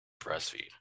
breastfeed